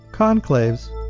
Conclaves